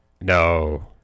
No